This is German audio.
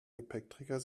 gepäckträger